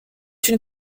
une